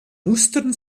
mustern